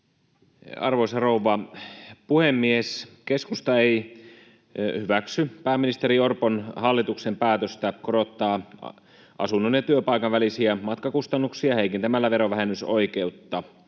Arvoisa rouva puhemies! Keskusta ei hyväksy pääministeri Orpon hallituksen päätöstä korottaa asunnon ja työpaikan välisiä matkakustannuksia heikentämällä verovähennysoikeutta.